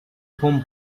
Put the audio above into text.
whom